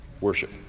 worship